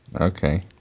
okay